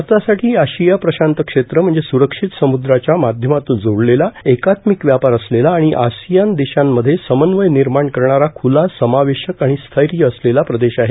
भारतासाठी आशिया प्रशांत क्षेत्र म्हणजे स्रक्षित समुद्रांच्या माध्यमातून जोडलेला एकात्मिक व्यापार असलेला आणि असियान देशांमध्ये समन्वय निर्माण करणारा खुला समावेशक आणि स्थैर्य असलेला प्रदेश आहे